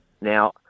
Now